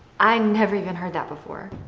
i never even heard that before.